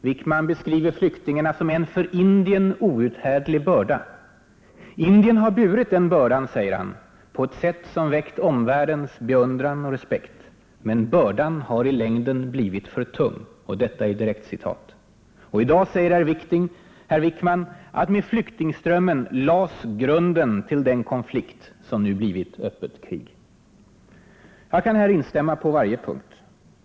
Herr Wickman beskriver flyktingarna som ”en för Indien outhärdlig börda”. Indien har burit den bördan, säger han, på ett sätt som ”väckt omvärldens beundran och respekt. Men bördan har i längden blivit för tung.” I dag säger herr Wickman att med flyktingströmmen ”lades grunden till den konflikt” som nu blivit öppet krig. Jag kan här instämma på varje punkt.